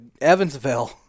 evansville